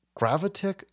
gravitic